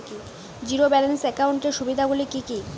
Zero balance একাউন্টের সুবিধা গুলি কি কি?